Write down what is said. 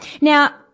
Now